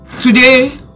today